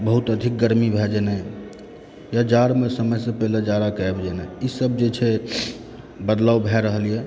बहुत अधिक गरमी भए जेनाय या जाड़मे समयसंँ पहिने जाड़ाके आबि जेनाय ई सब जे छै बदलाब भए रहल या